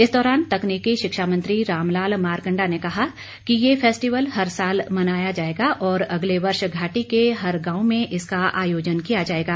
इस दौरान तकनीकी शिक्षा मंत्री रामलाल मारकंडा ने कहा कि ये फेस्टिवल हर साल मनाया जाएगा और अगले वर्ष घाटी के हर गांव में इसका आयोजन किया जाएगा